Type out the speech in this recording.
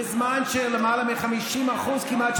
בזמן שלמעלה מ-50% כמעט,